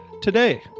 today